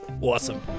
Awesome